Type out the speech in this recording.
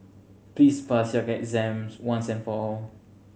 please pass your exam once and for all